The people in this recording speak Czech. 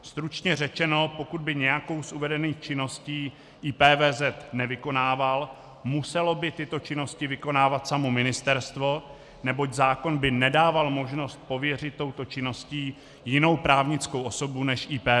Stručně řečeno, pokud by nějakou z uvedených činností IPVZ nevykonával, muselo by tyto činnosti vykonávat samo ministerstvo, neboť zákon by nedával možnost pověřit touto činností jinou právnickou osobu než IPVZ.